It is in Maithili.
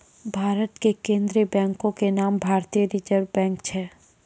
भारत के केन्द्रीय बैंको के नाम भारतीय रिजर्व बैंक छै